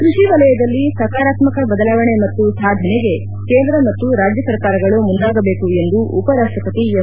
ಕೃಷಿ ವಲಯದಲ್ಲಿ ಸಕಾರಾತ್ಮಕ ಬದಲಾವಣೆ ಮತ್ತು ಸಾಧನೆಗೆ ಕೇಂದ್ರ ಮತ್ತು ರಾಜ್ಯ ಸರ್ಕಾರಗಳು ಮುಂದಾಗಬೇಕು ಎಂದು ಉಪರಾಷ್ಟಪತಿ ಎಂ